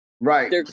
Right